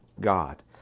God